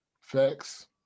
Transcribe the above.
facts